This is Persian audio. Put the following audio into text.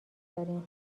داریم